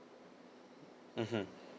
mmhmm